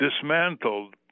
dismantled